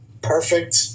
perfect